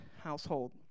household